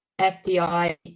FDI